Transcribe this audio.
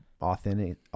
authentic